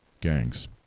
gangs